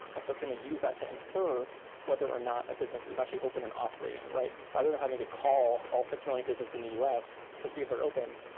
and so can we use that to infer whether or not a business is actually open and operating rather than having to call all six million businesses in the us to see if they're open?